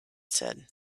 said